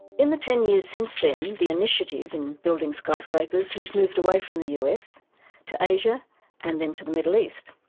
in the ten years since then, the initiative in building skyscrapers has moved away from the us to asia and then to the middle east,